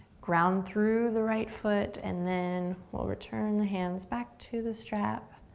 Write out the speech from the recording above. ground through the right foot, and then we'll return the hands back to the strap,